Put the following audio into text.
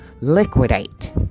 liquidate